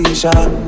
shot